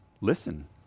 listen